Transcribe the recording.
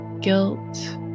guilt